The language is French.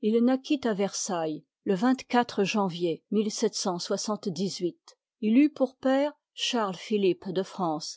il naquit à versailles le janvier il eut pour père charles philippe de france